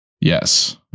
Yes